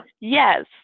Yes